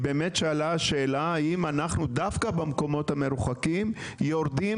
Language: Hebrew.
היא באמת שאלה שאלה האם אנחנו דווקא במקומות המרוחקים יורדים